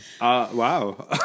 Wow